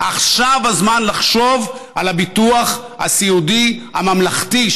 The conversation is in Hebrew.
עכשיו הזמן לחשוב על הביטוח הסיעודי הממלכתי,